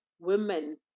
women